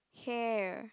hair